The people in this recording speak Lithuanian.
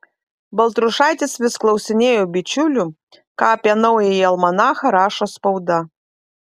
baltrušaitis vis klausinėjo bičiulių ką apie naująjį almanachą rašo spauda